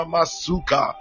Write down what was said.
Masuka